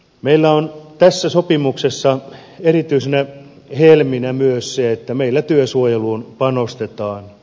meillä on tässä sopimuksessa erityisenä helmenä myös se että meillä työsuojeluun panostetaan